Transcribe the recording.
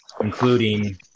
including